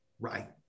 Right